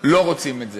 לא רוצים את זה.